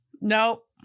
Nope